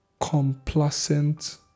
complacent